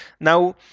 Now